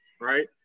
right